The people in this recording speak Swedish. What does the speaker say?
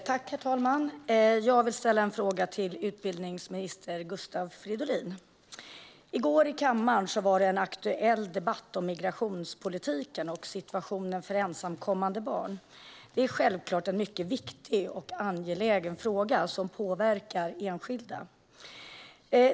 Herr talman! Jag vill ställa en fråga till utbildningsminister Gustav Fridolin. I går var det en aktuell debatt i kammaren om migrationspolitiken och situationen för ensamkommande barn. Det är självklart en mycket viktig och angelägen fråga som påverkar enskilda.